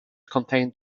contained